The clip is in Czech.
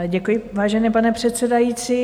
Děkuji, vážený pane předsedající.